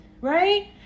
right